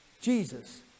Jesus